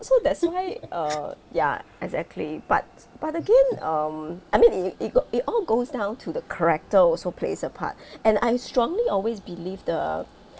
so that's why uh ya exactly but but again um I mean it it it all goes down to the character also plays a part and I strongly always believe the